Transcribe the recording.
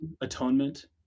atonement